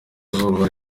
izuba